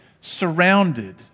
surrounded